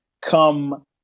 come